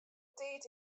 tiid